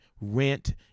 rent